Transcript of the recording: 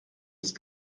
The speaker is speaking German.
ist